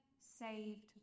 Saved